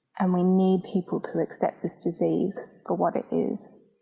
and we need people to accept this disease for what it is.